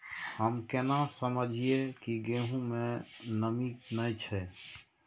हम केना समझये की गेहूं में नमी ने छे?